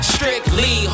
Strictly